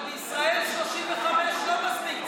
אבל בישראל 35 לא מספיק,